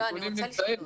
הנתונים נמצאים.